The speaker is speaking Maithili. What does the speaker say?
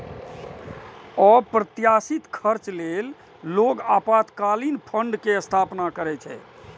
अप्रत्याशित खर्च लेल लोग आपातकालीन फंड के स्थापना करै छै